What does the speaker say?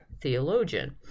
theologian